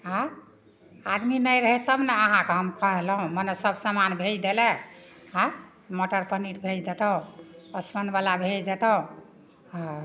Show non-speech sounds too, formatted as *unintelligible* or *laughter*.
अँ आदमी नहि रहै तब ने अहाँकेँ हम कहलहुँ मने सब समान भेजि दैलए आँए मटर पनीर भेजि देतहुँ *unintelligible* वला भेजि देतहुँ हँ